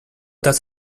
does